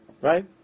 Right